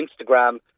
Instagram